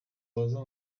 waza